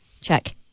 Check